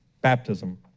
baptism